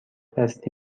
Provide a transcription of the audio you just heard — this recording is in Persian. دستی